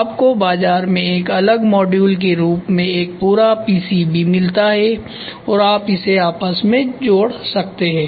आपको बाजार में एक अलग मॉड्यूल के रूप में एक पूरा पीसीबी मिलता है और इसे आपस में जोड़ा जा सकता है